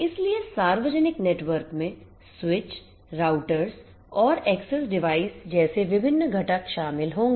इसलिए सार्वजनिक नेटवर्क में स्विच रूटर्स और एक्सेस डिवाइस जैसे विभिन्न घटक शामिल होंगे